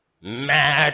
Mad